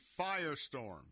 firestorm